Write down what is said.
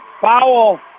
foul